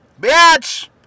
Bitch